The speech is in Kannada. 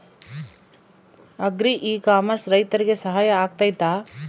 ಅಗ್ರಿ ಇ ಕಾಮರ್ಸ್ ರೈತರಿಗೆ ಸಹಕಾರಿ ಆಗ್ತೈತಾ?